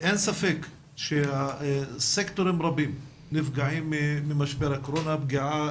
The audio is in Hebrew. אין ספק שסקטורים רבים נפגעים ממשבר הקורונה פגיעה